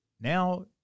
Now